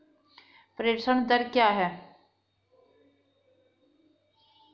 प्रेषण दर क्या है?